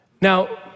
Now